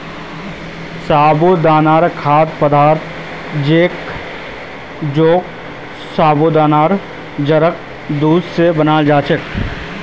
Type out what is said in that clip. साबूदाना खाद्य पदार्थ छिके जेको साबूदानार जड़क दूध स बनाल जा छेक